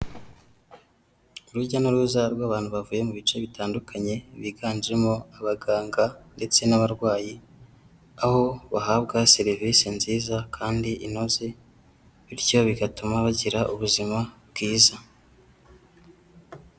Urujya n'uruza rw'abantu bavuye mu bice bitandukanye biganjemo abaganga ndetse n'abarwayi, aho bahabwa serivisi nziza kandi inoze bityo bigatuma bagira ubuzima bwiza.